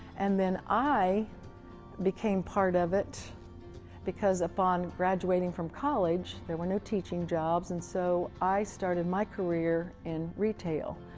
and then i became part of it because upon graduating from college, there were no teaching jobs. and so, i started my career in retail.